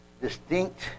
distinct